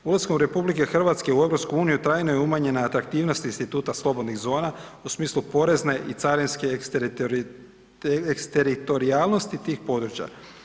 Ulaskom RH u EU trajno je umanjena atraktivnost instituta slobodnih zona u smislu porezne i carinske eksteritorijalnosti tih područja.